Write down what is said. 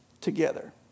together